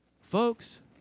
folks